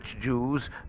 Jews